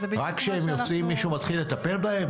רק כשהם יוצאים, מישהו מתחיל לטפל בהם?